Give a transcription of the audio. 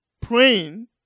praying